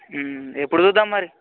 ఎప్పుడు చూద్దాం మరి